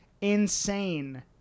insane